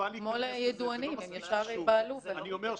חבל להיכנס לזה, זה לא מספיק חשוב.